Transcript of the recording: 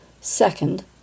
Second